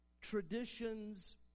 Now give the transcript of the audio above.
traditions